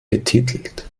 betitelt